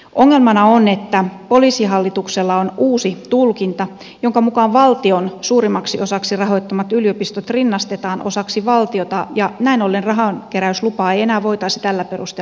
ongelmana on että poliisihallituksella on uusi tulkinta jonka mukaan valtion suurimmaksi osaksi rahoittamat yliopistot rinnastetaan osaksi valtiota ja näin ollen rahankeräyslupaa ei enää voitaisi tällä perusteella myöntää